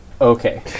Okay